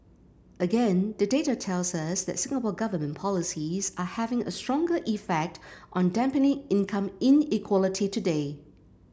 again the data tells us that Singapore Government policies are having a stronger effect on dampening income inequality today